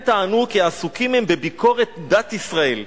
הם טענו כי עסוקים הם בביקורת דת ישראל,